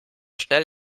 schnell